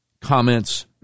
comments